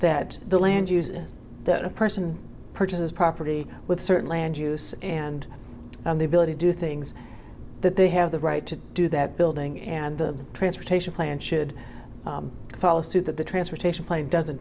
that the land use that a person purchases property with certain land use and the ability to do things that they have the right to do that building and the transportation plan should follow suit that the transportation claim doesn't